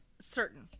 certain